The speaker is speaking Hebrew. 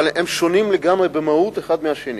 אבל הם שונים לגמרי במהות אחד מהשני.